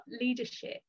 leadership